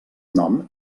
nom